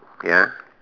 okay ya